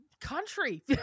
country